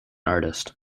artist